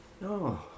no